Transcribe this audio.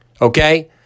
Okay